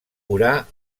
orà